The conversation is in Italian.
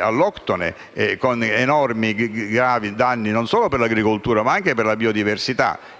alloctone, con gravi danni non solo per l'agricoltura, ma anche per la biodiversità.